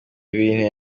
binteye